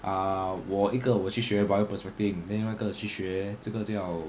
ah 我一个我去学 bio prospecting then 另外一个去学这个叫